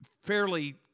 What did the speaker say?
fairly